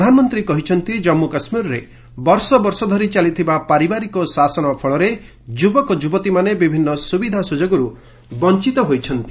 ପ୍ରଧାନମନ୍ତ୍ରୀ କହିଛନ୍ତି କମ୍ମୁ କାଶ୍ମୀରରେ ବର୍ଷ ବର୍ଷ ଧରି ଚାଲିଥିବା ପାରିବାରିକ ଶାସନ ଫଳରେ ଯୁବକଯୁବତୀମାନେ ବିଭିନ୍ନ ସୁବିଧା ସୁଯୋଗରୁ ବଞ୍ଚିତ ହୋଇଛନ୍ତି